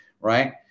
right